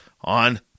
on